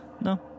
No